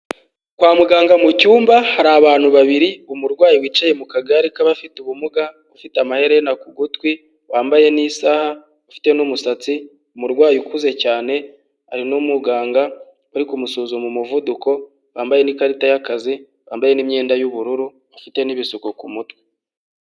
Kwa muganga mu cyumba hari abantu babiri umurwayi wicaye mu kagare k'abafite ubumuga ufite amayehererena ku gutwi wambaye n'isaha ufite n'umusatsi, umurwayi ukuze cyane ari numuganga uri kumusuzuma umuvuduko wambaye n'ikarita y'akazi wambaye n' imyenda yu'ubururu afite n'ibisuko ku kumutwe.